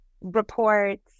reports